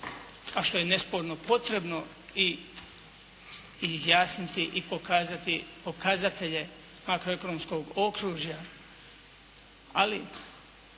a što je nesporno potrebno i izjasniti i pokazati pokazatelje makroekonomskog okružja, ali